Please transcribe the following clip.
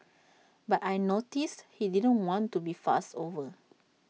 but I noticed she didn't want to be fussed over